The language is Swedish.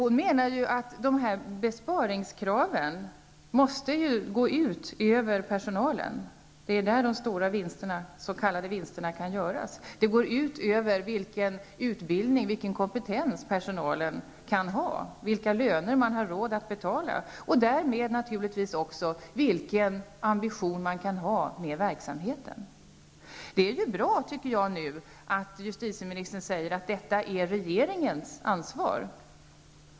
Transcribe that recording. Anstaltschefen menar att besparingskraven måste gå ut över personalen. Det är där som de s.k. stora vinsterna kan göras. Det går ut över vilken kompetens personalen kan ha, vilka löner man har råd att betala och därmed naturligtvis också ambitionen beträffande verksamheten. Det är bra att justitieministern nu säger att detta är regeringens ansvar.